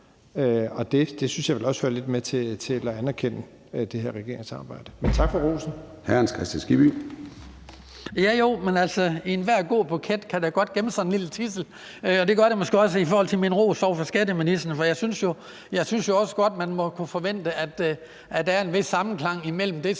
Det synes jeg vel også hører lidt med til at anerkende det her regeringssamarbejde.